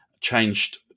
changed